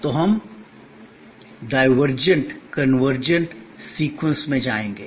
तो हम divergent convergent sequence में जाएंगे